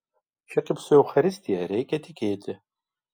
čia kaip su eucharistija reikia tikėti